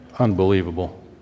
Unbelievable